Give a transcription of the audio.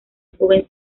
joven